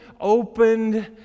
opened